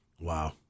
Wow